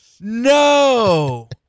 no